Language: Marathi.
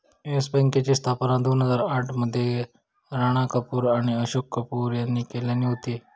येस बँकेची स्थापना दोन हजार आठ मध्ये राणा कपूर आणि अशोक कपूर यांनी केल्यानी होती